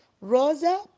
Rosa